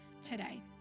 today